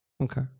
Okay